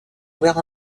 ouverts